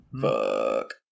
Fuck